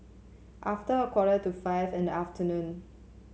after a quarter to five in the afternoon